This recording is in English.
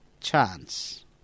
chance